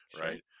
Right